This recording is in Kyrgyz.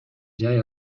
жай